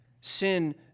Sin